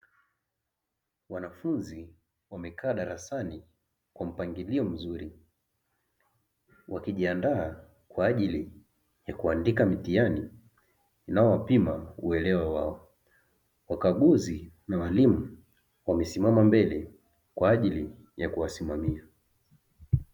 Wanafunzi wamekaa darasani kwa mpangilio mzuri, wakijiandaa kwa ajili ya kuandika mitihani inayowapima uelewa wao; wakaguzi na Walimu wamesimama mbele kwa ajili ya kuwasimamia.